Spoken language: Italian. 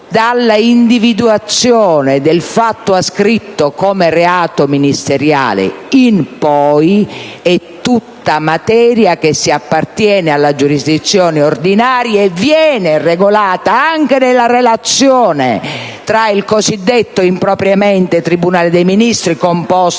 dall'individuazione del fatto ascritto come reato ministeriale in poi, è materia che appartiene alla giurisdizione ordinaria e viene regolata anche nella relazione tra il cosiddetto impropriamente tribunale dei Ministri, composto